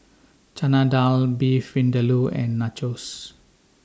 Chana Dal Beef Vindaloo and Nachos